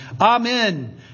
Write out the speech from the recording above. Amen